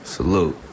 Salute